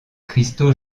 cristaux